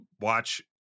watch